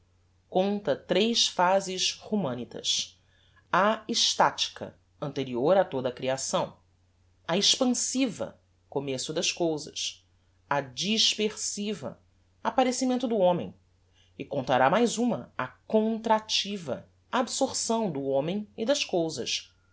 conta tres phases humanitas a statica anterior a toda a creação a expansiva começo das cousas a dispersiva apparecimento do homem e contará mais uma a contractiva absorpção do homem e das cousas